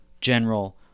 general